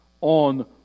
on